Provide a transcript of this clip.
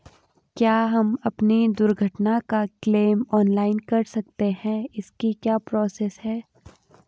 क्या हम अपनी दुर्घटना का क्लेम ऑनलाइन कर सकते हैं इसकी क्या प्रोसेस है?